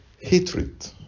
hatred